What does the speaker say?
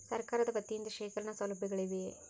ಸರಕಾರದ ವತಿಯಿಂದ ಶೇಖರಣ ಸೌಲಭ್ಯಗಳಿವೆಯೇ?